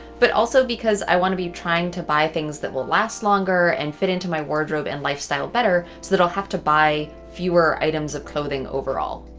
but also because i want to be trying to buy things that will last longer and fit into my wardrobe and lifestyle better, so that i'll have to buy fewer items of clothing overall.